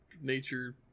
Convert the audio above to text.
nature